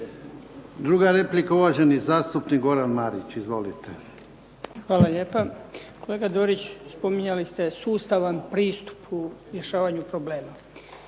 Druga replika, uvaženi zastupnik Goran Marić, izvolite. **Marić, Goran (HDZ)** Hvala lijepa. Kolega Dorić spominjali ste sustavan pristup u rješavanju problema.